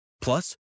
Plus